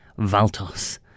Valtos